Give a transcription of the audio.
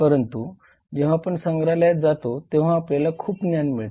परंतु जेव्हा आपण संग्रहालयात जातो तेव्हा आपल्याला खूप ज्ञान मिळते